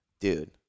dude